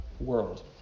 world